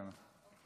תודה רבה.